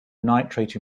nitrate